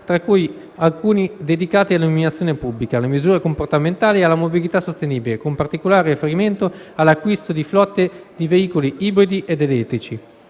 tra cui alcuni dedicati all'illuminazione pubblica, alle misure comportamentali e alla mobilità sostenibile con particolare riferimento all'acquisto di flotte di veicoli ibridi ed elettrici.